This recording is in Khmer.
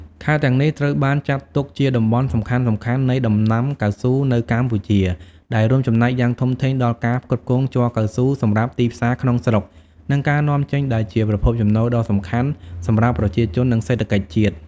ខេត្តទាំងនេះត្រូវបានចាត់ទុកជាតំបន់សំខាន់ៗនៃដំណាំកៅស៊ូនៅកម្ពុជា ដែលរួមចំណែកយ៉ាងធំធេងដល់ការផ្គត់ផ្គង់ជ័រកៅស៊ូសម្រាប់ទីផ្សារក្នុងស្រុក និងការនាំចេញ ដែលជាប្រភពចំណូលដ៏សំខាន់សម្រាប់ប្រជាជន និងសេដ្ឋកិច្ចជាតិ។